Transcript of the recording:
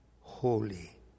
holy